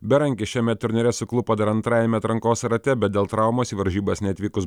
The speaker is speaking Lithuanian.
berankis šiame turnyre suklupo dar antrajame atrankos rate bet dėl traumos į varžybas neatvykus